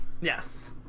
Yes